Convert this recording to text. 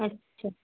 अच्छा